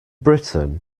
britain